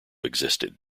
existed